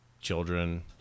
children